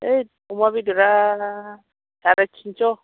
ओइत अमा बेदरा सारे तिनस'